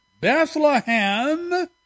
Bethlehem